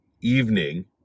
evening